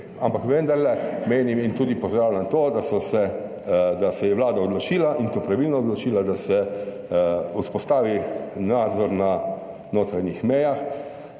ampak vendarle menim in tudi pozdravljam to, da so se, da se je Vlada odločila in to pravilno odločila, da se vzpostavi nadzor na notranjih mejah